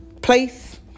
place